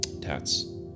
tats